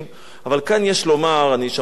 אני שמעתי פה פעמים רבות את יושבת-ראש